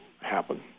happen